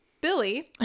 Billy